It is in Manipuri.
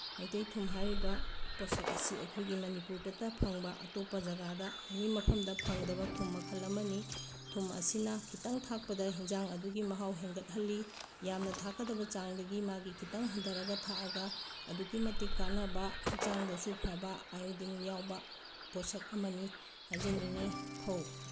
ꯃꯩꯇꯩ ꯊꯨꯝ ꯍꯥꯏꯔꯤꯕ ꯄꯣꯁꯛ ꯑꯁꯤ ꯑꯩꯈꯣꯏꯒꯤ ꯃꯅꯤꯄꯨꯔꯗꯇ ꯐꯪꯕ ꯑꯇꯣꯞꯄ ꯖꯒꯥꯗ ꯑꯦꯅꯤ ꯃꯐꯝꯗ ꯐꯪꯗꯕ ꯊꯨꯝ ꯃꯈꯜ ꯑꯃꯅꯤ ꯊꯨꯝ ꯑꯁꯤꯅ ꯈꯤꯇꯪ ꯊꯥꯛꯄꯗ ꯏꯟꯁꯥꯡ ꯑꯗꯨꯒꯤ ꯃꯍꯥꯎ ꯍꯦꯟꯒꯠꯍꯜꯂꯤ ꯌꯥꯝꯅ ꯊꯥꯛꯀꯗꯕ ꯆꯥꯡꯗꯒꯤ ꯃꯥꯒꯤ ꯈꯤꯇꯪ ꯍꯟꯊꯔꯒ ꯊꯥꯛꯑꯒ ꯑꯗꯨꯛꯀꯤ ꯃꯇꯤꯛ ꯀꯥꯅꯕ ꯍꯛꯆꯥꯡꯗꯁꯨ ꯐꯕ ꯑꯥꯏꯑꯣꯗꯤꯟ ꯌꯥꯎꯕ ꯄꯣꯁꯛ ꯑꯃꯅꯤ ꯍꯥꯏꯖꯅꯤꯡꯉꯤ ꯐꯧ